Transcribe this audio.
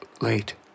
late